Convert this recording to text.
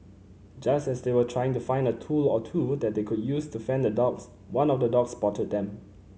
just as they were trying to find a tool or two that they could use to fend off the dogs one of the dogs spotted them